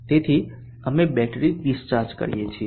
તેથી અમે battery discharge કરીએ છીએ